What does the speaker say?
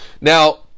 Now